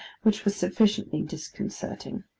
which was sufficiently disconcerting.